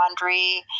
laundry